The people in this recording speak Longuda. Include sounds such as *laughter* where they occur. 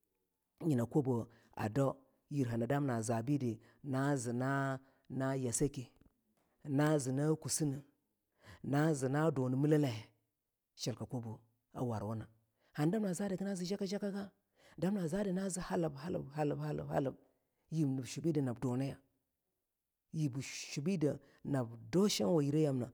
*hesitation* nyina kobo a dau yire a damana za bedi na zina na yaa sakeh na zii na kusinneh na zii na dune milakayeh shiika kobo a warwuna da mana zadeh hagina zii jaka jakagah damana za dii nazii halib halib halib halib yib bii shu bii shu bii dii nab duniya yib bii shu bii dii nab dau shinwa yirii yamnah